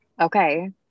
Okay